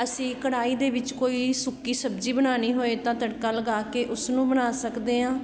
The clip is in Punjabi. ਅਸੀਂ ਕੜਾਹੀ ਦੇ ਵਿੱਚ ਕੋਈ ਸੁੱਕੀ ਸਬਜ਼ੀ ਬਣਾਉਣੀ ਹੋਏ ਤਾਂ ਤੜਕਾ ਲਗਾ ਕੇ ਉਸ ਨੂੰ ਬਣਾ ਸਕਦੇ ਹਾਂ